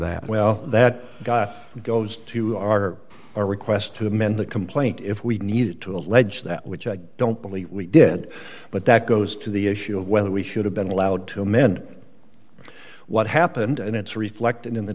that well that goes to our our request to amend the complaint if we needed to allege that which i don't believe we did but that goes to the issue of whether we should have been allowed to amend what happened and it's reflected in the